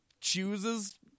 chooses